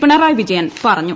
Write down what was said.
പിണറായി വിജയൻ പറഞ്ഞു